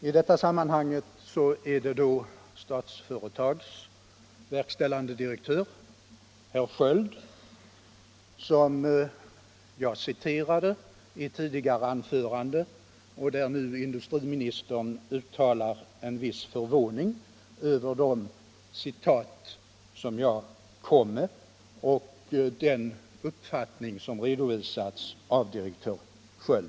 I detta sammanhang är det Statsföretags verkställande direktör, herr Sköld, som jag citerade i ett tidigare anförande. Industriministern uttalar nu en viss förvåning över de citat som jag kom med och den uppfattning som redovisades av direktör Sköld.